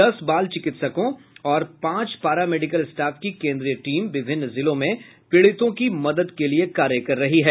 दस बाल चिकित्सकों और पांच पारा मेडिकल स्टाफ की केन्द्रीय टीम विभिन्न जिलों में पीड़ितों की मदद के लिये कार्य कर रही है